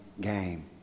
game